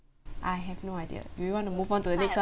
I have no idea do you want to move on to the next [one]